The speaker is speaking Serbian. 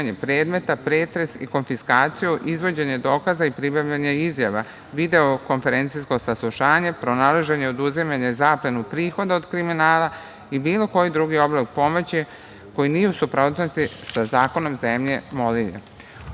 predmeta, pretres i konfiskaciju, izvođenje dokaza i pribavljanje izjava, video-konferencijsko saslušanje, pronalaženje, oduzimanje i zaplenu prihoda od kriminala i bilo koji drugi oblik pomoći koji nije u suprotnosti sa zakonom zemlje molilje. Ugovor